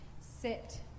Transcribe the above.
sit